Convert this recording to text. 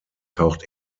taucht